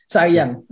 Sayang